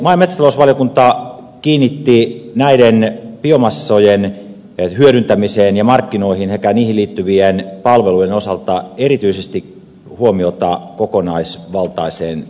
maa ja metsätalousvaliokunta kiinnitti biomassojen hyödyntämiseen ja markkinoihin sekä niihin liittyvien palvelujen osalta erityisesti huomiota kokonaisvaltaiseen tarkastelutapaan